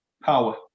power